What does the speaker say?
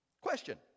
Question